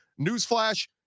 Newsflash